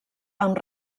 amb